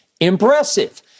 Impressive